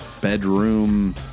bedroom